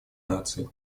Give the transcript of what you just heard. наций